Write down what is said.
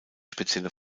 spezielle